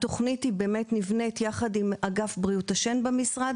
התוכנית נבנית יחד עם אגף בריאות השן במשרד,